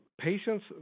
patients